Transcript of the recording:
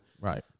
Right